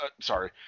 sorry